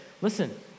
listen